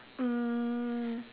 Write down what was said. um